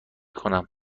کنم